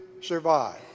survive